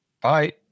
Bye